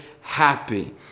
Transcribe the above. happy